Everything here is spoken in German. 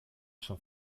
schon